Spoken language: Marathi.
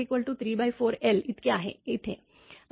5T आणि x 34l इतके आहे इथे